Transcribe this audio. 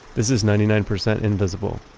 this is ninety nine percent invisible.